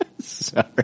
Sorry